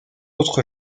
autres